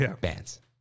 bands